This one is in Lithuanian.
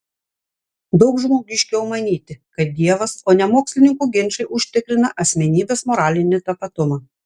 daug žmogiškiau manyti kad dievas o ne mokslininkų ginčai užtikrina asmenybės moralinį tapatumą